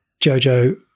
jojo